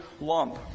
lump